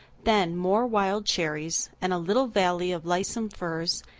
then more wild cherries, and a little valley of lissome firs,